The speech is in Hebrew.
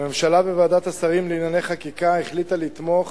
הממשלה וועדת שרים לענייני חקיקה החליטו לתמוך